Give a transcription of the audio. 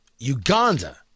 Uganda